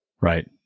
Right